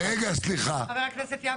חבר הכנסת יעקב,